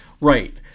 Right